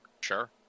Sure